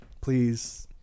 please